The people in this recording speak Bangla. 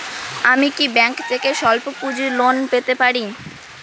আমি কি ব্যাংক থেকে স্বল্প পুঁজির লোন পেতে পারি?